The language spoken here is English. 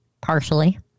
partially